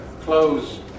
close